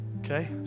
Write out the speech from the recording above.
Okay